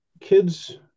kids